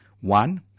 One